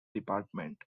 department